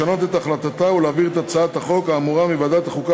לשנות את החלטתה ולהעביר את הצעת החוק האמורה מוועדת החוקה,